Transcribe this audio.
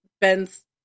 Ben's